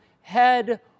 head